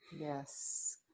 Yes